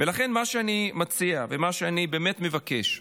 לכן מה שאני מציע ומה שאני באמת מבקש: